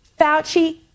Fauci